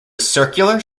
circular